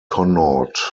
connaught